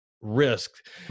risk